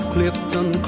Clifton